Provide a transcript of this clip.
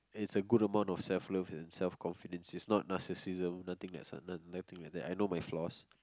is a good amount of self love and self confidence is not narcissism nothing that's nothing like that I know my flaws